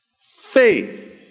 faith